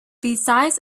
besides